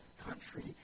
country